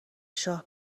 شاه